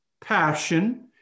passion